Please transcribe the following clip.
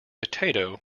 potato